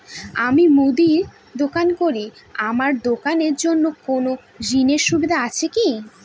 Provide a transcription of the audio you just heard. আমি মুদির দোকান করি আমার দোকানের জন্য কোন ঋণের সুযোগ আছে কি?